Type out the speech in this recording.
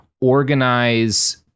organize